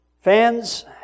fans